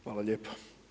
Hvala lijepa.